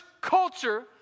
culture